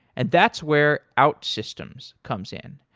and that's where outsystems comes in.